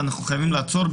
ואנחנו חייבים לעצור אותו.